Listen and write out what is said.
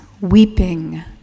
weeping